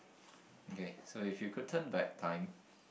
okay so if you could turn back time